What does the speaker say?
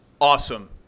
awesome